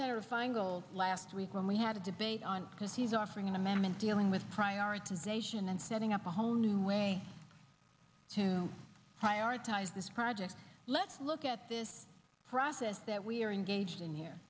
senator feingold last week when we had a debate on because he's offering an amendment dealing with prioritization and setting up a whole new way to prioritize this project let's look at this process that we're engaged in here